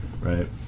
Right